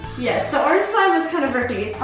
yes, the orange slime is kind of grippy.